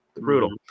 Brutal